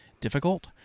difficult